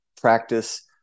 practice